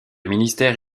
ministère